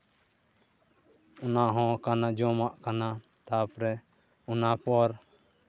ᱚᱱᱟᱦᱚᱸ ᱠᱟᱱᱟ ᱡᱚᱢᱟᱜ ᱠᱟᱱᱟ ᱛᱟᱨᱯᱚᱨᱮ ᱚᱱᱟᱯᱚᱨ